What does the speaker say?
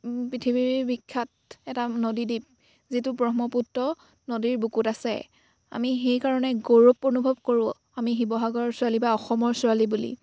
পৃথিৱীৰ বিখ্যাত এটা নদীদ্বীপ যিটো ব্ৰহ্মপুত্ৰ নদীৰ বুকুত আছে আমি সেইকাৰণে গৌৰৱ অনুভৱ কৰোঁ আমি শিৱসাগৰৰ ছোৱালী বা অসমৰ ছোৱালী বুলি